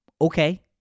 Okay